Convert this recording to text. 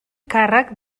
càrrec